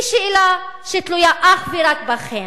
היא שאלה שתלויה אך ורק בכם,